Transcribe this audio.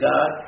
God